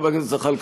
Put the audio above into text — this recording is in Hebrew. חבר הכנסת זחאלקה,